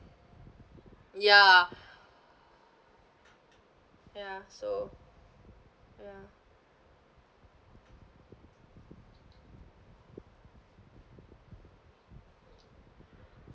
ya ya so ya